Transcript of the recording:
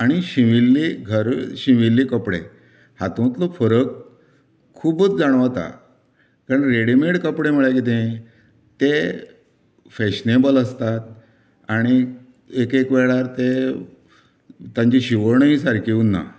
आनी शिविल्ली शिविल्ली कपडे हातूंतलो फरक खुबूच जाणवता कारण रेडिमेड कपडे म्हळ्यार कितें तें फेशनेबल आसतात आनी एक एक वेळार तें तांची शिवणूय सारकी उरना